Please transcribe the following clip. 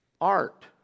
Art